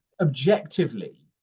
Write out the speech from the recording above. objectively